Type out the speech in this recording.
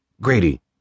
Grady